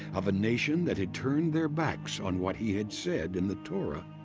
of a nation that had turned their backs on what he had said in the torah,